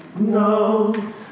No